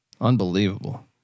Unbelievable